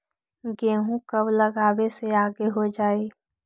गेहूं कब लगावे से आगे हो जाई?